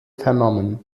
vernommen